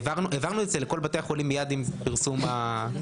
העברנו את זה לכל בתי החולים מיד עם פרסום הסכומים.